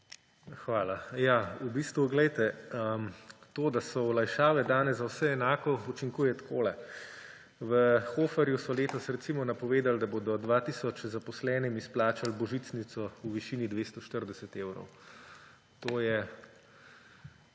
Hvala. V bistvu to, da so olajšave dane za vse enako, učinkuje takole. V Hoferju so letos recimo napovedali, da bodo 2 tisoč zaposlenim izplačali božičnico v višini 240 evrov. To je